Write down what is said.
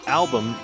album